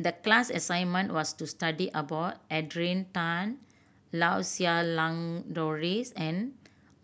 the class assignment was to study about Adrian Tan Lau Siew Lang Doris and